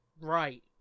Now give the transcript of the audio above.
right